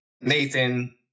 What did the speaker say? Nathan